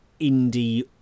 indie